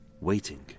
waiting